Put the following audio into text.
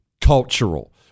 Cultural